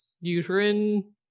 uterine